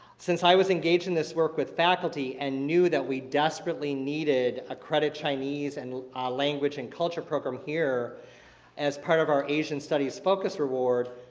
since i was engaged in this work with faculty and knew that we desperately needed a credit chinese and language and culture program here as part of our asian studies focus award,